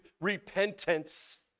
repentance